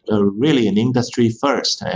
ah really, an industry first,